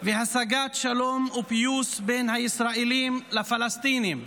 והשגת שלום ופיוס בין הישראלים לפלסטינים.